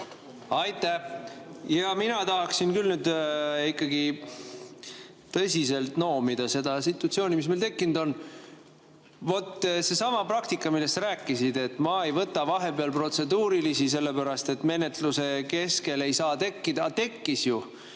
Aitäh! Mina tahaksin küll nüüd ikkagi tõsiselt noomida selle situatsiooni pärast, mis meil tekkinud on. Vot seesama praktika, millest sa rääkisid, et ma ei võta vahepeal protseduurilisi, sellepärast et menetluse keskel ei saa neid tekkida.